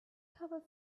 cover